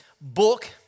book